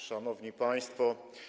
Szanowni Państwo!